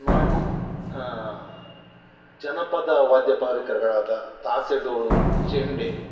ನಾನು ಜನಪದ ವಾದ್ಯ ಪರಿಕರಗಳಾದ ತಾಸೆ ಡೋ ಚೆಂಡೆ